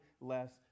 less